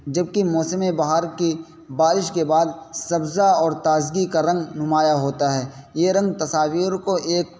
جبکہ موسم بہار کی بارش کے بعد سبزہ اور تازگی کا رنگ نمایاں ہوتا ہے یہ رنگ تصاویر کو ایک